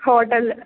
hotel